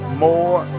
more